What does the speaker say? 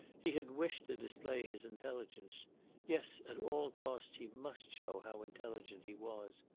he had wished to display his intelligence yes, at all costs he must show how intelligent he was.